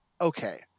okay